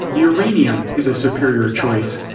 uranium is a superior choice.